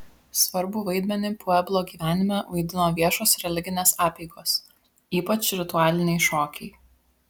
svarbų vaidmenį pueblo gyvenime vaidino viešos religinės apeigos ypač ritualiniai šokiai